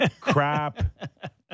crap